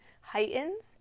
heightens